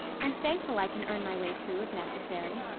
i'm thankful i can earn my way through if necessary.